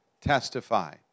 testify